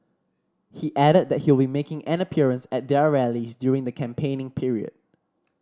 he added that he will making an appearance at their rallies during the campaigning period